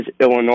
Illinois